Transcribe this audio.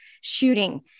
shooting